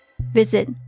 visit